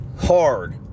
hard